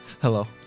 Hello